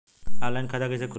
Online खाता कइसे खुली?